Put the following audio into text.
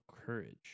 Courage